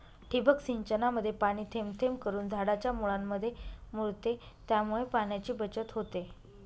ठिबक सिंचनामध्ये पाणी थेंब थेंब करून झाडाच्या मुळांमध्ये मुरते, त्यामुळे पाण्याची बचत होते